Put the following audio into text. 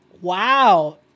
Wow